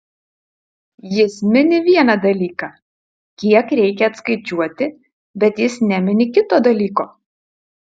jis mini vieną dalyką kiek reikia atskaičiuoti bet jis nemini kito dalyko